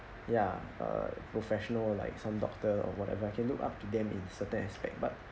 ya uh professional or like some doctor or whatever I can look up to them in certain aspect but